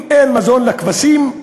אם אין מזון לכבשים,